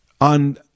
on